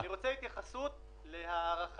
החזרה הזאת היא סוג של חזרה מלאכותית,